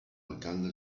alcalde